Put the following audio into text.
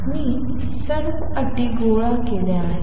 मी सर्व अटी गोळा केल्या आहेत